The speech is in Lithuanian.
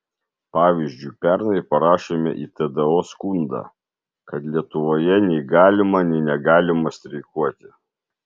pavyzdžiui pernai parašėme į tdo skundą kad lietuvoje nei galima nei negalima streikuoti